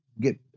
get